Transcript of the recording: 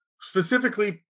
specifically